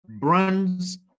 Brands